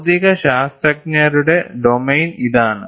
ഭൌതിക ശാസ്ത്രജ്ഞരുടെ ഡൊമെയ്ൻ ഇതാണ്